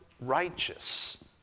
righteous